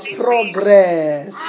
progress